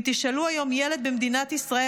אם תשאלו היום ילד במדינת ישראל,